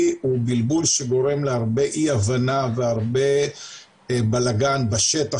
הוא בלבול שגורם להרבה אי הבנה והרבה בלאגן בשטח,